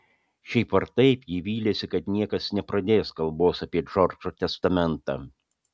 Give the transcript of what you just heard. šiaip ar taip ji vylėsi kad niekas nepradės kalbos apie džordžo testamentą